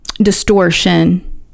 distortion